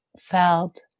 felt